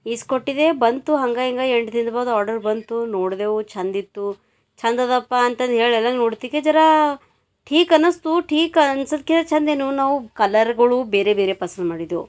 is ಕೊಟ್ಟಿದೆ ಬಂತು ಹಂಗ ಹಿಂಗ ಎಂಟು ದಿನ್ದ ಬಾದ್ ಆರ್ಡರ್ ಬಂತು ನೋಡಿದೆವು ಛಂದಿತ್ತು ಛಂದದಪ್ಪ ಅಂತಂದೇಳಿ ಎಲ್ಲ ನೋಡ್ತಿಕೆ ಜರಾ ಠೀಕ್ ಅನಿಸ್ತು ಠೀಕ್ ಅನ್ಸಿದ್ಕೆ ಛಂದೇನು ನಾವು ಕಲರ್ಗಳು ಬೇರೆ ಬೇರೆ ಪಸಂದ್ ಮಾಡಿದ್ವು